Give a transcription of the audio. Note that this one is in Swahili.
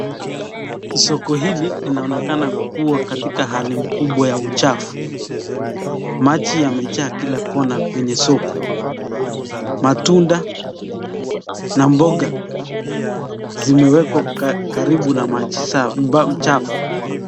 Soko hili linaonekana kuwa katika hali kubwa ya uchafu. Maji yamejaa kila kona kwenye soko. Matunda na mboga zimewekwa karibu na maji chafu.